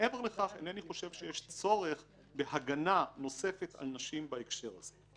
מעבר לכך אינני חושב שיש צורך בהגנה נוספת על נשים בהקשר הזה.